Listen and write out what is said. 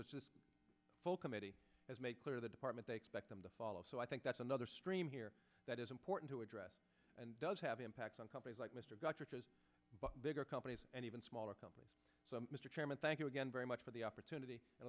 which is full committee has made clear the department they expect them to follow so i think that's another stream here that is important to address and does have impacts on companies like mr gotcha's bigger companies and even smaller companies mr chairman thank you again very much for the opportunity